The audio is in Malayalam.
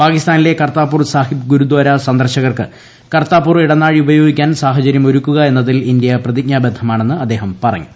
പാകിസ്ഥാനിലെ കർത്താപൂർ സാഹിബ് ഗുരുദാര സന്ദർശകർക്ക് കർത്താപൂർ ഇടനാഴി ഉപയോഗിക്കാൻ സാഹചര്യം ഒരുക്കുക എന്നതിൽ ഇന്ത്യ പ്രതിജ്ഞാബദ്ധമാണെന്ന് അദ്ദേഹം പറഞ്ഞു